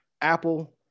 Apple